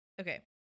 Okay